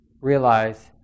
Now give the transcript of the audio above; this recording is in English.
realize